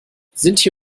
sinti